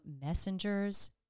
messengers